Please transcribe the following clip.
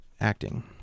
acting